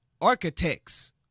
architects